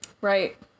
Right